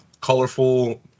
colorful